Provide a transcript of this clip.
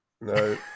no